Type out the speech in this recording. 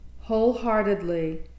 wholeheartedly